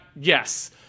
yes